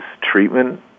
treatment